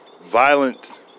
Violent